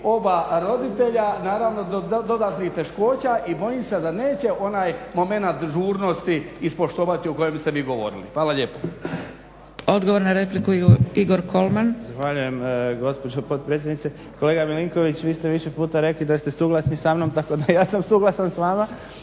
oba roditelja, naravno do dodatnih teškoća. I bojim se da neće onaj momenat žurnosti ispoštovati o kojem ste vi govorili. Hvala lijepa. **Zgrebec, Dragica (SDP)** Odgovor na repliku Igor Kolman. **Kolman, Igor (HNS)** Zahvaljujem gospođo potpredsjednice. Kolega Milinković, vi ste više puta rekli da ste suglasni samnom, tako da ja sam suglasan s vama,